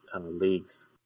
Leagues